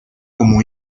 como